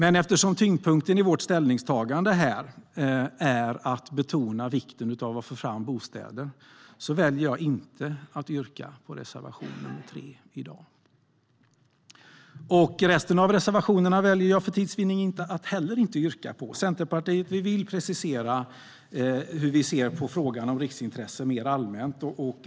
Eftersom tyngdpunkten i vårt ställningstagande ligger på att betona vikten av att få fram bostäder väljer jag att inte yrka bifall till reservation nr 3 i dag. Resten av reservationerna väljer jag för tids vinnande att inte heller yrka bifall till. Centerpartiet vill precisera hur vi ser på frågan om riksintressen mer allmänt.